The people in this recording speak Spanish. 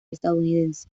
estadounidense